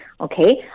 Okay